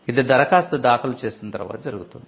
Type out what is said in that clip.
ఇది దరఖాస్తు దాఖలు చేసిన తరువాత జరుగుతుంది